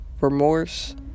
remorse